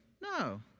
No